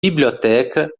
biblioteca